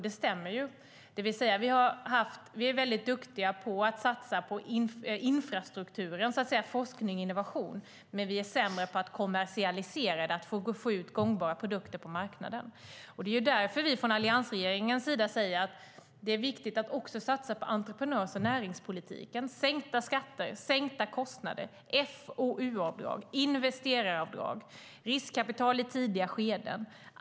Det stämmer att vi är duktiga på att satsa på infrastruktur, det vill säga forskning och innovation, men sämre på att kommersialisera det och få ut gångbara produkter på marknaden. Det är därför vi från alliansregeringen säger att det är viktigt att satsa på entreprenörs och näringspolitiken: sänkta skatter, sänkta kostnader, FoU-avdrag, investeraravdrag och riskkapital i tidiga skeden.